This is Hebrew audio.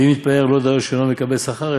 ואם יתפאר לא רק שאינו מקבל שכר,